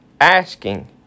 Asking